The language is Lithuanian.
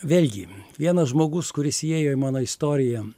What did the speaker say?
vėlgi vienas žmogus kuris įėjo į mano istoriją